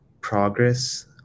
progress